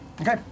Okay